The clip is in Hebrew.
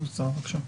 בבקשה.